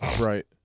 Right